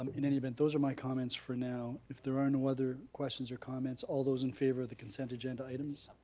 um in any event, those are my comments for now. if there are no other questions or comments, all those in favor of the consent agenda items?